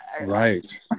Right